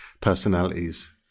personalities